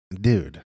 dude